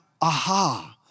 aha